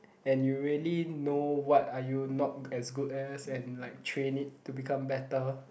and you really know what are you not as good as and like train it to become better